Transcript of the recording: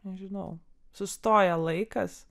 nežinau sustoja laikas